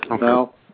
Now